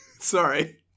Sorry